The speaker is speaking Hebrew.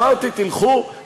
אמרתי: תלכו,